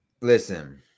listen